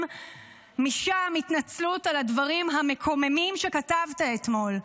משם התנצלות על הדברים המקוממים שכתבת אתמול.